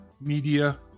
media